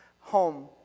home